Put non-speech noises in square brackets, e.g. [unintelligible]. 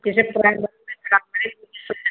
तो जब प्राइभेट में [unintelligible]